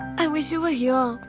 i wish you were here.